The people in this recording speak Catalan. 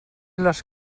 les